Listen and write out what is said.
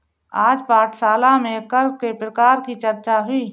आज पाठशाला में कर के प्रकार की चर्चा हुई